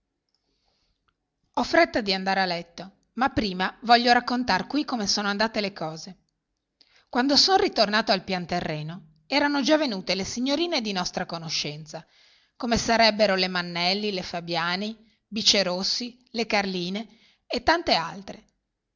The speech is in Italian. ho fretta d'andare a letto ma prima voglio raccontar qui come sono andate le cose quando son ritornato al pian terreno erano già venute le signorine di nostra conoscenza come sarebbero le mannelli le fabiani bice rossi le carlini e tante altre